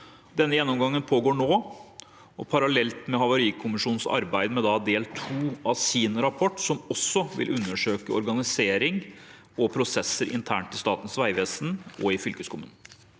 Denne gjennomgangen pågår nå, parallelt med havarikommisjonens arbeid med del 2 av sin rapport, som også vil undersøke organisering og prosesser internt i Statens vegvesen og i fylkeskommunen.